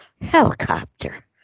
helicopter